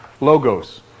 Logos